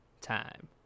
time